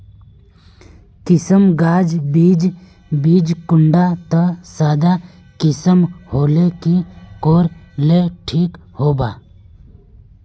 किसम गाज बीज बीज कुंडा त सादा किसम होले की कोर ले ठीक होबा?